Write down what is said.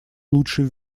лучший